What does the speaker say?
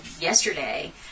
yesterday